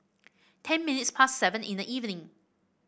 ten minutes past seven in the evening